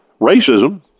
Racism